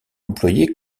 employé